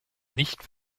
nicht